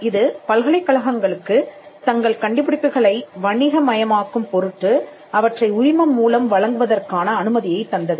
இது பல்கலைக்கழகங்களுக்குத் தங்கள் கண்டுபிடிப்புகளை வணிக மயமாக்கும் பொருட்டு அவற்றை உரிமம் மூலம் வழங்குவதற்கான அனுமதியை தந்தது